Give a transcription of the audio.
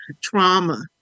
trauma